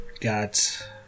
Got